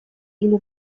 или